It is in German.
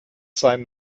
sein